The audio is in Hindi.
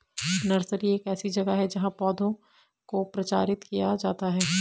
नर्सरी एक ऐसी जगह है जहां पौधों को प्रचारित किया जाता है